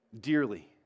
dearly